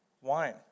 Wine